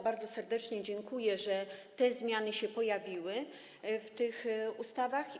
Bardzo serdecznie dziękuję za to, że te zmiany się pojawiły w tych ustawach.